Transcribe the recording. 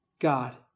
God